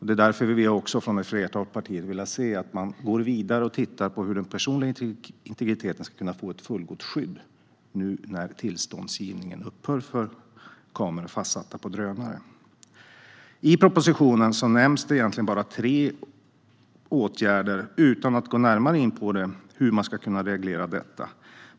Det är därför ett flertal partier vill se att man går vidare och tittar på hur den personliga integriteten ska kunna få ett fullgott skydd när tillståndsgivningen upphör för kameror fastsatta på drönare. I propositionen nämns egentligen bara tre åtgärder, och de nämns utan att man går närmare in på hur man ska kunna reglera detta.